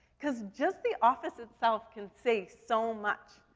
cause just the office itself can say so much.